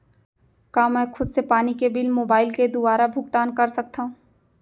का मैं खुद से पानी के बिल मोबाईल के दुवारा भुगतान कर सकथव?